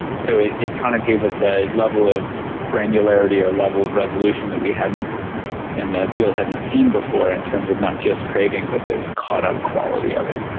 so it it kind of gave us a level of granularity or level of resolution that we and the field hadn't seen before in terms of not just craving but this caught-up quality of it.